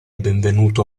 benvenuto